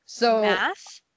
Math